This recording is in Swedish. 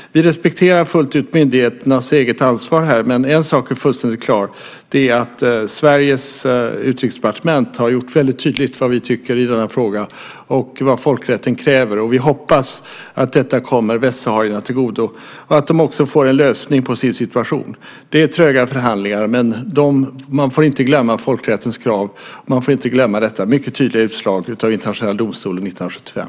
Vi respekterar fullt ut myndigheternas eget ansvar här, men en sak är fullständigt klar, och det är att Sveriges utrikesdepartement har gjort väldigt tydligt vad vi tycker i denna fråga och vad folkrätten kräver. Vi hoppas att detta kommer västsaharierna till godo och att de också får en lösning på sin situation. Det är tröga förhandlingar, men man får inte glömma folkrättens krav. Man får inte glömma detta mycket tydliga utslag av Internationella domstolen 1975.